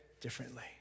differently